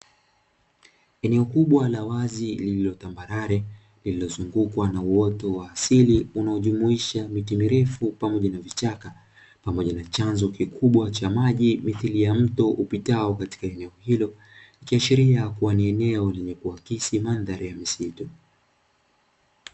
Eneo kubwa la wazi lililotambarare, lililozungukwa na uoto wa asili unaojumuisha miti mirefu pamoja na vichaka. Pamoja na chanzo kikubwa cha maji mithili ya mto upitao katika eneo hilo, ikiashiria kuwa ni eneo lenye kuakisi mandhari ya misitu.